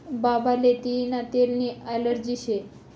बाबाले तियीना तेलनी ॲलर्जी शे